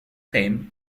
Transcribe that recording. him